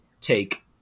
take